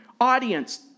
Audience